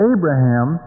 Abraham